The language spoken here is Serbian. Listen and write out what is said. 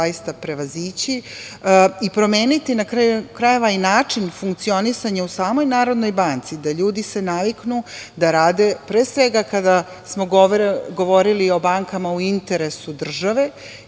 i promeniti. Na kraju krajeva, i način funkcionisanja u samoj NBS, da ljudi se naviknu da rade pre svega kada smo govorili o bankama u interesu države